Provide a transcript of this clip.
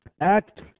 act